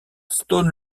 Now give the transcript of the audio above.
stone